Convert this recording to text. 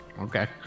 Okay